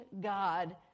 God